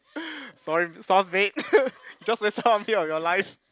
sorry sounds vague you just wasted one minute of your life